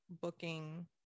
booking